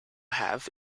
have